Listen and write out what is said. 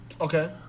okay